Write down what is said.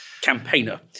campaigner